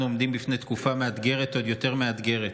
אנחנו עומדים בפני תקופה עוד יותר מאתגרת.